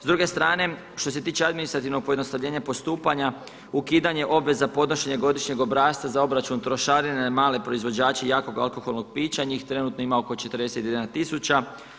S druge strane, što se tiče administrativnog pojednostavljenja postupanja, ukidanje obveza podnošenja godišnjeg obrasca za obračun trošarine na male proizvođače jakoga alkoholnog pića, njih trenutno ima oko 41 tisuća.